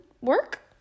work